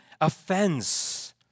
offense